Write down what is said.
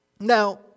Now